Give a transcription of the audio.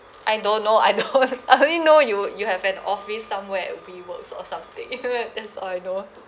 I don't know I don't I only know you you have an office somewhere at we works or something that's all I know